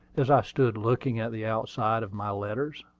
as i stood looking at the outside of my letters.